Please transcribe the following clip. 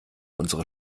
unsere